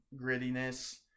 grittiness